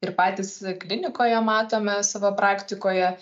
ir patys klinikoje matome savo praktikoje